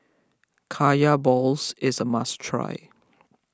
Kaya Balls is a must try